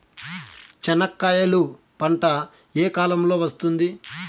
చెనక్కాయలు పంట ఏ కాలము లో వస్తుంది